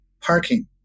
parking